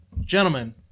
Gentlemen